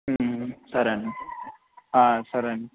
సరే అండి సరే అండి